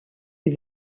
est